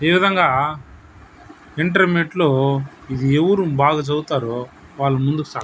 ఈ విధంగా ఇంటర్మీడియట్లో ఎవరు బాగా చదువుతారో వాళ్ళు ముందుకు సాగ్